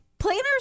planners